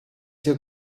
your